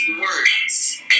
words